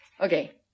Okay